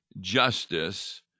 justice